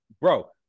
bro